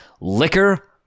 Liquor